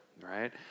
right